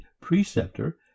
preceptor